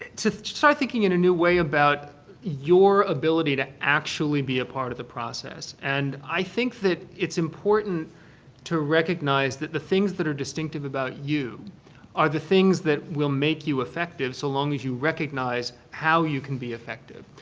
to start thinking in a new way about your ability to actually be a part of the process. and i think that it's important to recognize that the things that are distinctive about you are the things that will make you effective so long as you recognize how you can be effective.